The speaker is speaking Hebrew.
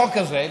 בחוק הזה,